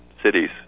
cities